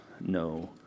no